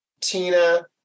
Tina